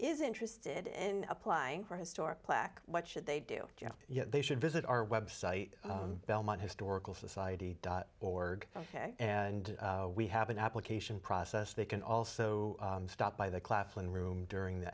is interested in applying for historic plaque what should they do yeah yeah they should visit our website belmont historical society dot org ok and we have an application process they can also stop by the claflin room during the